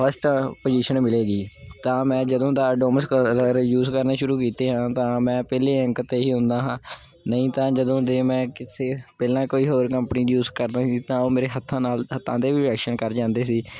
first position ਮਿਲੇਗੀ ਤਾਂ ਮੈਂ ਜਦੋਂ ਦਾ ਡੋਮੈਸ ਕਲਰ ਯੂਜ ਕਰਨੇ ਸ਼ੁਰੂ ਕੀਤੇ ਆ ਤਾਂ ਮੈਂ ਪਹਿਲੇ ਅੰਕ 'ਤੇ ਹੀ ਆਉਂਦਾ ਹਾਂ ਨਹੀਂ ਤਾਂ ਜਦੋਂ ਦੇ ਮੈਂ ਕਿਸੇ ਪਹਿਲਾਂ ਕੋਈ ਹੋਰ ਕੰਪਨੀ ਯੂਸ ਕਰਦਾ ਸੀ ਤਾਂ ਉਹ ਮੇਰੇ ਹੱਥਾਂ ਨਾਲ ਹੱਥਾਂ ਦੇ ਵੀ ਰਿਐਕਸ਼ਨ ਕਰ ਜਾਂਦੇ ਸੀ